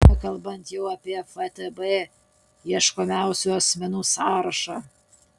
nekalbant jau apie ftb ieškomiausių asmenų sąrašą